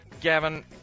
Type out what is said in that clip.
Gavin